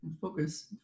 focus